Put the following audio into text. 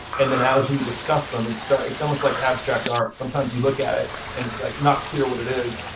and then as we discuss them and start it's almost like abstract art. sometimes you look at it, and it's like not clear what it is.